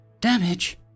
Damage